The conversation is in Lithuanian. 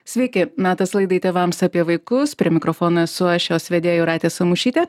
sveiki metas laidai tėvams apie vaikus prie mikrofono esu aš jos vedėja jūratė samušytė